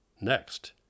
next